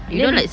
and then